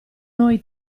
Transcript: noi